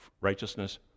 righteousness